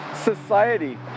society